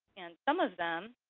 and some of them,